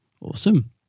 Awesome